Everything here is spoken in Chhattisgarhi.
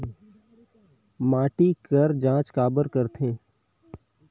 माटी कर जांच काबर करथे?